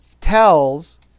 tells